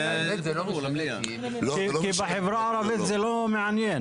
כי בחברה הערבית זה לא מעניין.